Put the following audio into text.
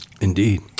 Indeed